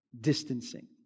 distancing